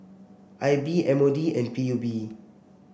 I B M O D and P U B